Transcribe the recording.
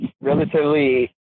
relatively